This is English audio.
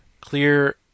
Clear